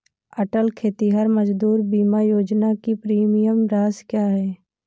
अटल खेतिहर मजदूर बीमा योजना की प्रीमियम राशि क्या है?